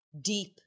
deep